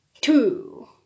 two